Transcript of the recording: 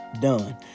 done